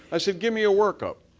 i said, give me a workup.